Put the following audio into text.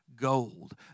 gold